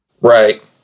Right